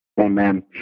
Amen